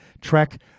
track